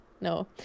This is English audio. no